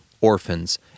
orphans